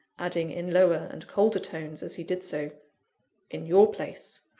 adding in lower and colder tones, as he did so in your place,